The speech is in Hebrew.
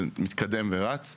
זה מתקדם ורץ.